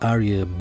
Aria